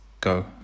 go